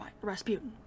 Rasputin